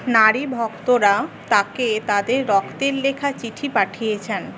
নারী ভক্তরা তাকে তাদের রক্তের লেখা চিঠি পাঠিয়েছেন